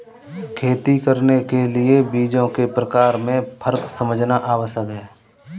खेती करने के लिए बीजों के प्रकार में फर्क समझना आवश्यक है